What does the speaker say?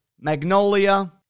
magnolia